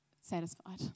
satisfied